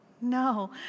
no